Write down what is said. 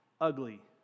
ugly